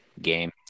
game